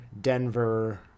denver